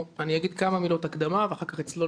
אני אגיד כמה מילות הקדמה ואחר כך אצלול